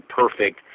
perfect